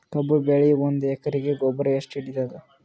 ಕಬ್ಬು ಬೆಳಿ ಒಂದ್ ಎಕರಿಗಿ ಗೊಬ್ಬರ ಎಷ್ಟು ಹಿಡೀತದ?